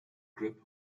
grip